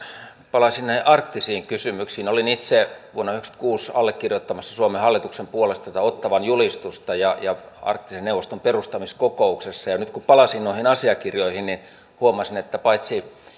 palaan sinne arktisiin kysymyksiin olin itse vuonna yhdeksänkymmentäkuusi allekirjoittamassa suomen hallituksen puolesta tätä ottawan julistusta ja ja arktisen neuvoston perustamiskokouksessa ja nyt kun palasin noihin asiakirjoihin niin huomasin että paitsi